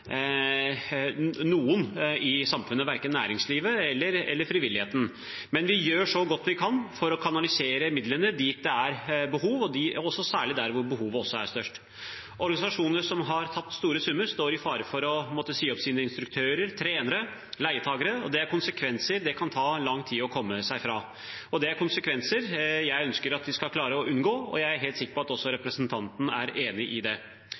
noen i samfunnet, verken for næringslivet eller for frivilligheten. Men vi gjør så godt vi kan for å kanalisere midlene dit det er behov, og særlig der hvor behovet er størst. Organisasjoner som har tapt store summer, står i fare for å måtte si opp sine instruktører, trenere, leietakere, og det er konsekvenser det kan ta lang tid å komme over. Det er konsekvenser jeg ønsker at vi skal klare å unngå, og jeg er helt sikker på at representanten også er enig i det.